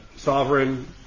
Sovereign